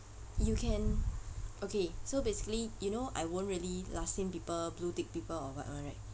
you can okay so basically you know I won't really last seen people bluetick people or [what] [one] right